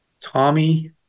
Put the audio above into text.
Tommy